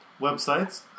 websites